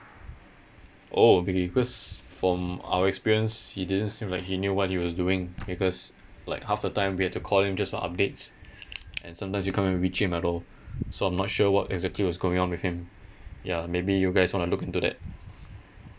oh because from our experience he didn't seem like he knew what he was doing because like half the time we had to call him just for updates and sometimes we can't even reach him at all so I'm not sure what exactly was going on with him ya maybe you guys want to look into that